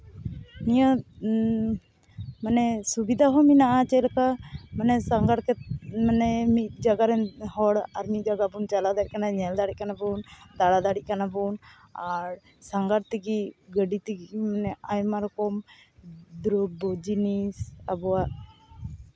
ᱱᱤᱭᱟᱹ ᱢᱟᱱᱮ ᱥᱩᱵᱤᱫᱷᱟ ᱦᱚᱸ ᱢᱮᱱᱟᱜᱼᱟ ᱡᱮᱞᱮᱠᱟ ᱢᱟᱱᱮ ᱥᱟᱸᱜᱷᱟᱨ ᱠᱟᱛᱮᱫ ᱢᱤᱫ ᱡᱟᱭᱜᱟ ᱨᱮᱱ ᱦᱚᱲ ᱟᱨ ᱢᱤᱫ ᱵᱚᱱ ᱪᱟᱞᱟᱣ ᱫᱟᱲᱮᱜ ᱠᱟᱱᱟ ᱧᱮᱞ ᱫᱟᱲᱮᱜ ᱠᱟᱱᱟ ᱵᱚᱱ ᱟᱨ ᱥᱟᱸᱜᱷᱟᱨ ᱛᱮᱜᱮ ᱜᱟᱹᱰᱤ ᱛᱮᱜᱮ ᱟᱭᱢᱟ ᱨᱚᱠᱚᱢ ᱫᱨᱚᱵᱽᱵᱚ ᱡᱤᱱᱤᱥ ᱟᱵᱚᱣᱟᱜ